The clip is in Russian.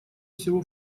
всего